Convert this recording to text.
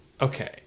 okay